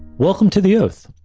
welcome to the oath.